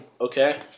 Okay